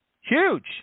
Huge